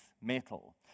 metal